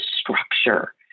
structure